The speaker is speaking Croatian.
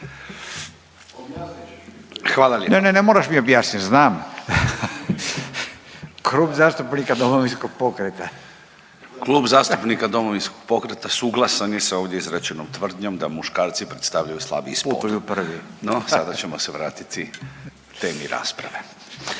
Radin: Ne, ne, ne moraš mi objasniti. Znam. Klub zastupnika Domovinskog pokreta./… Klub zastupnika Domovinskog pokreta suglasan je sa ovdje izrečenom tvrdnjom da muškarci predstavljaju slabiji spol. …/Upadica Radin: Putuju prvi./…